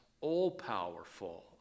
all-powerful